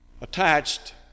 attached